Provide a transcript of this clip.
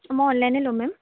মই অনলাইনে ল'ম মেম